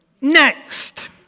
next